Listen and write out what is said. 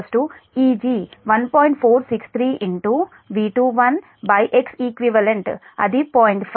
463 V21xeqis 0